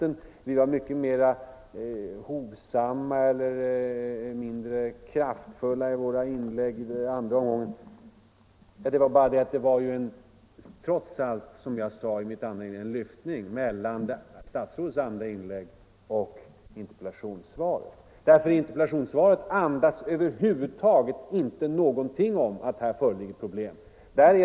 Vi var, säger statsrådet, mycket mer hovsamma eller mindre kraftfulla i våra inlägg andra omgången. Detta berodde bara på att det trots allt, som jag sade i mitt andra inlägg, var en lyftning mellan interpellationssvaret och statsrådets andra inlägg. Interpellationssvaret andas över huvud taget inte någonting om att här föreligger problem.